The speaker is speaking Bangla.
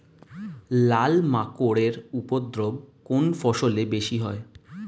লাল মাকড় এর উপদ্রব কোন ফসলে বেশি হয়?